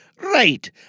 Right